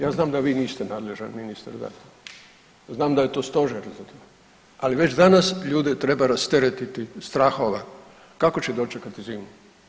Ja znam da vi niste nadležan ministar za to, znam da je to stožer za to, ali već danas ljude treba rasteretiti strahova kako će dočekati zimu.